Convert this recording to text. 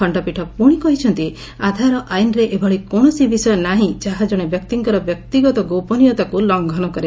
ଖଶ୍ତପୀଠ ପୁଣି କହିଛନ୍ତି ଆଧାର ଆଇନରେ ଏଭଳି କୌଣସି ବିଷୟ ନାର୍ହି ଯାହା କଣେ ବ୍ୟକ୍ତିଙ୍କର ବ୍ୟକ୍ତିଗତ ଗୋପନୀୟତାକୁ ଲଂଘନ କରେ